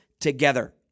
together